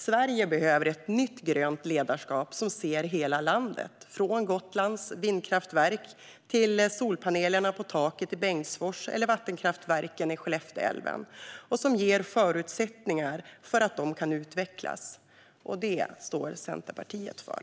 Sverige behöver ett nytt grönt ledarskap som ser hela landet, från Gotlands vindkraftverk till solpanelerna på taket i Bengtsfors och vattenkraftverken i Skellefte älv, och som ger förutsättningar för det att utvecklas. Det står Centerpartiet för.